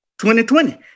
2020